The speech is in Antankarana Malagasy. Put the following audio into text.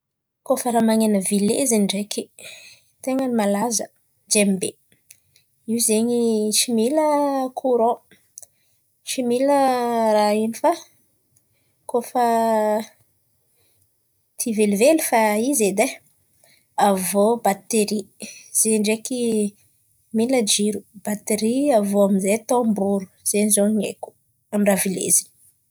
Kôa fa ràha man̈ena vilezin̈y ndraiky, ten̈a ny malaza: jembe, io zain̈y tsy mila koran, tsy mila ràha ino fa kôa fa ti-hivelively fa izy edy e. Avy iô batery zen̈y ndraiky mila jiro, batiry avy iô amin'zay tamboro zay zao ny haiko amin'ny ràha vileziny.